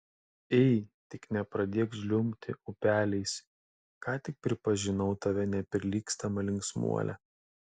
ei tik nepradėk žliumbti upeliais ką tik pripažinau tave neprilygstama linksmuole